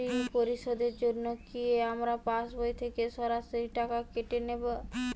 ঋণ পরিশোধের জন্য কি আমার পাশবই থেকে সরাসরি টাকা কেটে নেবে?